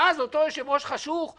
ואז אותו יושב-ראש חשוך,